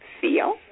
feel